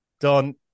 Don